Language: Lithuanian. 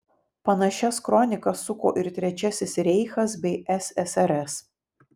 panašias kronikas suko ir trečiasis reichas bei ssrs